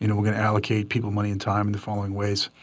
you know we're gonna allocate people money and time in the following ways.